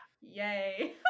yay